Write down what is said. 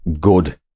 good